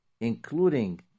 Including